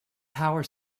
power